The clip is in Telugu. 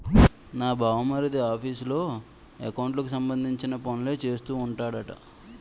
నా బావమరిది ఆఫీసులో ఎకౌంట్లకు సంబంధించిన పనులే చేస్తూ ఉంటాడట